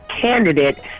candidate